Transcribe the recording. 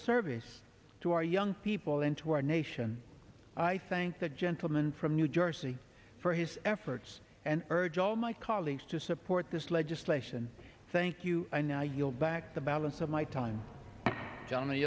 service to our young people into our nation i thank the gentleman from new jersey for his efforts and urge all my colleagues to support this legislation thank you i now you'll back the balance of my time